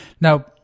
now